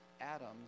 atoms